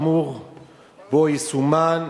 האמור בו יסומן,